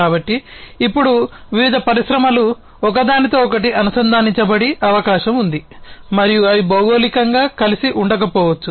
కాబట్టి ఇప్పుడు వివిధ పరిశ్రమలు ఒకదానితో ఒకటి అనుసంధానించబడే అవకాశం ఉంది మరియు అవి భౌగోళికంగా కలిసి ఉండకపోవచ్చు